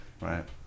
right